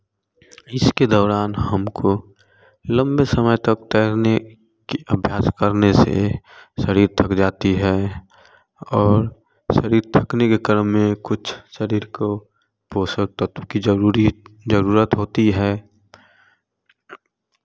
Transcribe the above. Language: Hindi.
इसके दौरान हमको लंबे समय तक तैरने की अभ्यास करने से शरीर थक जाती है और शरीर थकने के क्रम में कुछ शरीर को पोषक तत्व की ज़रूरी ज़रूरत होती है